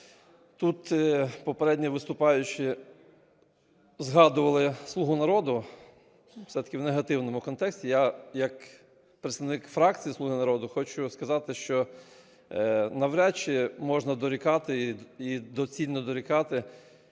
Тут попередні виступаючі згадували "Слугу народу" все-таки в негативному контексті, я як представник фракції "Слуги народу" хочу сказати, що навряд чи можна дорікати і доцільно дорікати